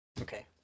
Okay